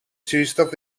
zuurstof